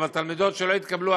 שלא התקבלו,